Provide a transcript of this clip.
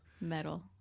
Metal